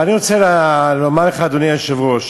אבל אני רוצה לומר לך, אדוני היושב-ראש,